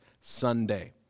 Sunday